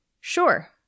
Sure